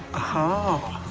huh?